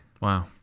Wow